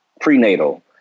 prenatal